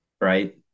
right